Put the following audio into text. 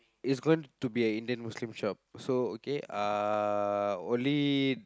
is going to be an Indian Muslim shop so okay uh only